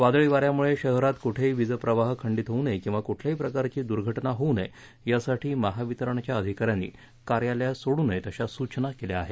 वादळी वाऱ्यामुळे शहरात कुठेही वीजप्रवाह खंडीत होऊ नये किंवा कुठल्याहीप्रकारची दुर्घटना होऊ नये यासाठी महावितरणच्या अधिकाऱ्यांनी कार्यालये सोडू नये अशा सूचना करण्यात आल्या आहेत